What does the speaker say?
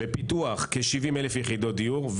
בפיתוח נמצאות כ-70,000 יחידות דיור.